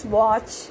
watch